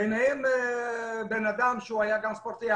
ביניהם אדם שגם הוא היה ספורטאי,